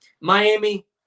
Miami